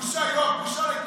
בושה, יואב, בושה, ההתנשאות.